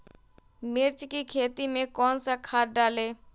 मिर्च की खेती में कौन सा खाद डालें?